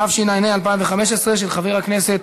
התשע"ה 2015, של חבר הכנסת